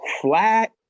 flat